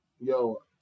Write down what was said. yo